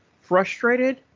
frustrated